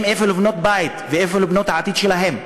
איפה לבנות בית ואיפה לבנות את העתיד שלהם.